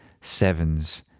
sevens